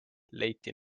leiti